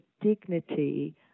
dignity